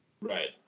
Right